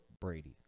Brady